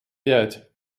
пять